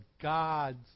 God's